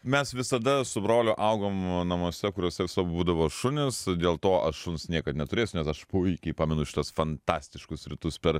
mes visada su broliu augom namuose kuriuose visada būdavo šunys dėl to aš šuns niekad neturėsiu nes aš puikiai pamenu šitus fantastiškus rytus per